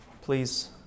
please